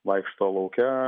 vaikšto lauke